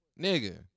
nigga